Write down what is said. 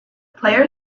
player